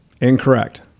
Incorrect